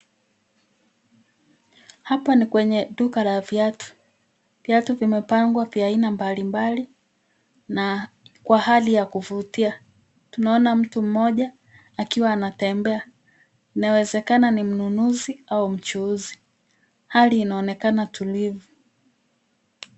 Hapa ni kwenye duka la viatu. Viatu vimepangwa vya aina mbalimbali na kwa hali ya kuvutia. Tunaona mtu mmoja akiwa anatembea inawezekana ni mnunuzi au mchuuzi. Hali inaonekana tulivu.